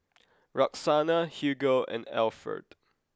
Roxana Hugo and Alferd